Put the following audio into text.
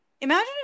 imagine